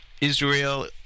Israel